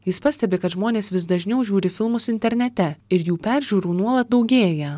jis pastebi kad žmonės vis dažniau žiūri filmus internete ir jų peržiūrų nuolat daugėja